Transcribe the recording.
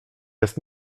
jest